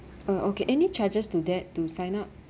uh okay any charges to that to sign up